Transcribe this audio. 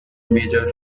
major